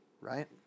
right